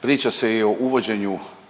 Priča se i o uvođenju